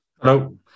Hello